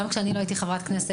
גם כשלא הייתי חברת כנסת,